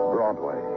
Broadway